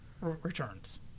returns